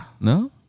No